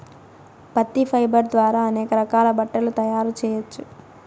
పత్తి ఫైబర్ ద్వారా అనేక రకాల బట్టలు తయారు చేయచ్చు